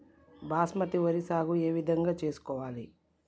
బాస్మతి వరి సాగు ఏ విధంగా చేసుకోవాలి?